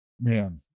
man